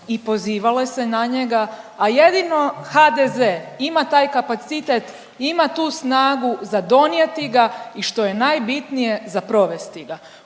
i pozivale se na njega, a jedino HDZ ima taj kapacitet, ima tu snagu za donijeti ga i što je najbitnije za provesti ga.